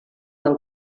del